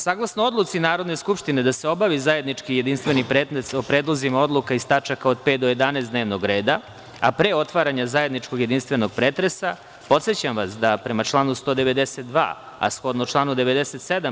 Saglasno odluci Narodne skupštine da se obavi zajednički jedinstveni pretres o predlozima odluka iz tačaka od 5. do 11. dnevnog reda, a pre otvaranja zajedničkog jedinstvenog pretresa, podsećam vas da prema članu 192. a shodno članu 97.